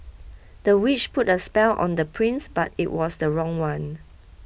the witch put a spell on the prince but it was the wrong one